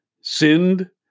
sinned